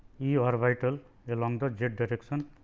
u orbital along the z direction.